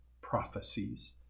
prophecies